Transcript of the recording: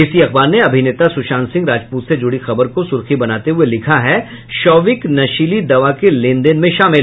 इसी अखबार ने अभिनेता सुशांत सिंह राजपूत से जुड़ी खबर को सुर्खी बनाते हुये लिखा है शौविक नशीली दवा के लेनदेन में शामिल